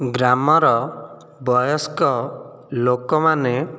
ଗ୍ରାମର ବୟସ୍କ ଲୋକମାନେ